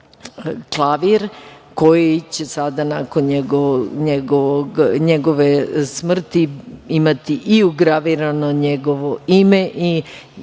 klavir, koji će sada, nakon njegove smrti, imati i ugravirano njegovo ime. Uspeli